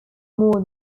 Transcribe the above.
more